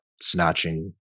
snatching